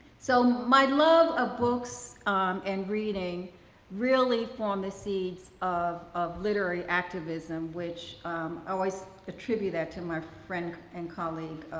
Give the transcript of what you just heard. so my love of books and reading really formed the seeds of of literary activism, which always attribute that to my friend and colleague,